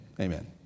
Amen